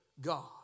God